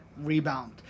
rebound